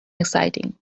exciting